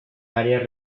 áreas